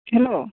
hello